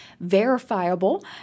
verifiable